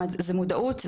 זה מודעות,